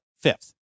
fifth